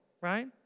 right